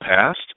past